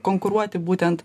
konkuruoti būtent